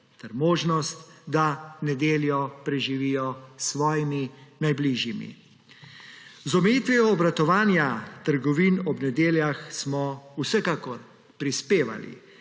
ter možnost, da nedeljo preživijo s svojimi najbližjimi. Z omejitvijo obratovanja trgovin ob nedeljah smo vsekakor prispevali